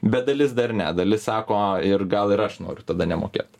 bet dalis dar ne dalis sako ir gal ir aš noriu tada nemokėt